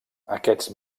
aquests